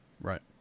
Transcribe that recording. right